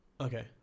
Okay